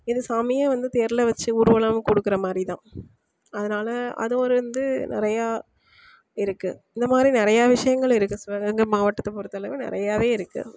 இது சாமியே வந்து தேரில் வச்சு ஊர்வலம் கொடுக்குற மாதிரி தான் அதனால் அது ஒரு வந்து நிறையா இருக்குது இந்த மாதிரி நிறையா விஷயங்கள் இருக்குது சிவகங்கை மாவட்டத்தை பொறுத்தளவு நிறையாவே இருக்குது